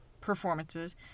performances